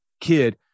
kid